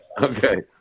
okay